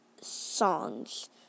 songs